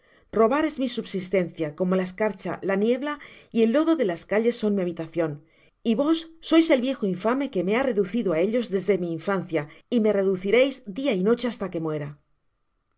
robar es mi subsistencia como la escarcha la niebla y el lodo de las calles son mi habitacion y vos sois el viejo infame que me ha reducido á ellos desde mi infancia y me reduciréis dia y noche basta que muera